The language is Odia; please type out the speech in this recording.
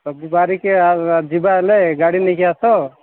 ଯିବା ଟିକେ ଯିବା ହେଲେ ଗାଡ଼ି ନେଇକି ଆସ